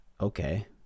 okay